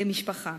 למשפחה?